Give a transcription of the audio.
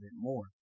more